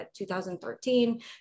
2013